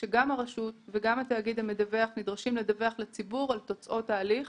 כאשר גם הרשות וגם התאגיד המדווח נדרשים לדווח לציבור על תוצאות ההליך.